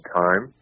time